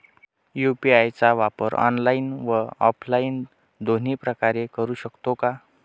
UPI चा वापर online व ऑफलाईन दोन्ही प्रकारे करु शकतो का?